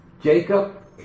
Jacob